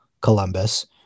Columbus